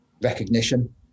recognition